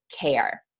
care